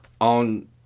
on